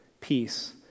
peace